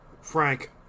Frank